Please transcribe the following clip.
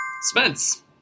Spence